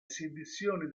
esibizioni